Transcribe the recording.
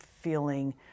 feeling